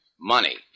money